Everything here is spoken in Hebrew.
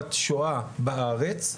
לטובת שואה בארץ,